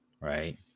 right